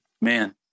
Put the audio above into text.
Man